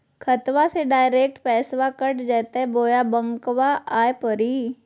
खाताबा से डायरेक्ट पैसबा कट जयते बोया बंकबा आए परी?